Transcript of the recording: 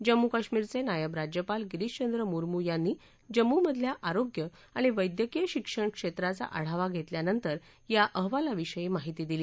जम्मू कश्मीरचे नायब राज्यपाल गिरीशचंद्र मुर्मू यांनी जम्मूमधल्या आरोग्य आणि वैद्यकीय शिक्षणक्षेत्राचा आढावा घेतल्यानंतर या अहवालाविषयी माहिती दिली